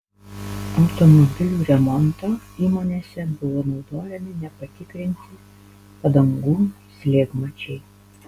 automobilių remonto įmonėse buvo naudojami nepatikrinti padangų slėgmačiai